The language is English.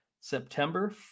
September